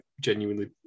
genuinely